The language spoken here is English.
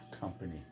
company